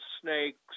snakes